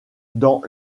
dans